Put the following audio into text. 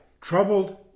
Troubled